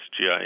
GI